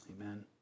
Amen